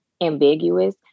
ambiguous